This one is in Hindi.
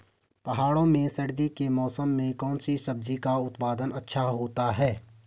पहाड़ों में सर्दी के मौसम में कौन सी सब्जी का उत्पादन अच्छा होता है?